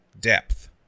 depth